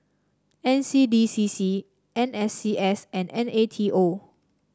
N C D C C N S C S and N A T O